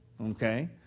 Okay